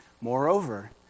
Moreover